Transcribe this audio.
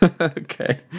Okay